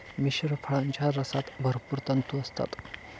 मिश्र फळांच्या रसात भरपूर तंतू असतात